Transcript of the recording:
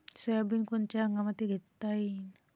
Soybean कोनच्या हंगामात घेता येईन?